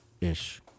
ish